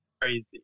crazy